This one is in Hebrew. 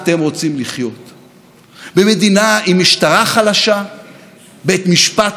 בית משפט חלש ושלטון מושחת שעוסק רק בעצמו,